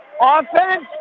Offense